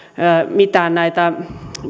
mitään näitä